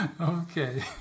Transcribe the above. Okay